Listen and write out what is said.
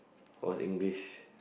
was English